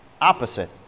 opposite